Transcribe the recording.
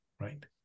right